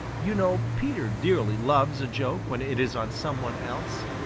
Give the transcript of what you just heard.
you know peter dearly loves a joke when it is on some one else.